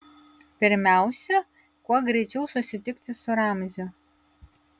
pirmiausia kuo greičiau susitikti su ramziu